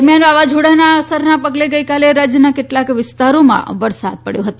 દરમિયાન વાવાઝોડાના અસરના પગલે ગઇકાલે રાજ્યના કેટલાંક વિસ્તારોમાં વરસાદ પડથો હતો